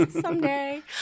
Someday